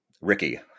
Ricky